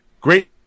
Great